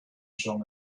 jong